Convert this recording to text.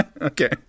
Okay